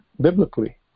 biblically